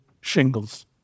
shingles